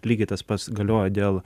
lygiai tas pats galioja dėl